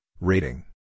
rating